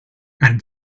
and